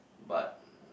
but